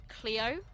Cleo